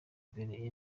mbere